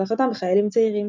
והחלפתם בחיילים צעירים.